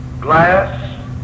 glass